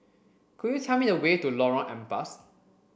could you tell me the way to Lorong Ampas